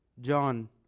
john